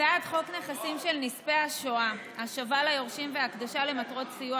הצעת חוק נכסים של נספי השואה (השבה ליורשים והקדשה למטרות סיוע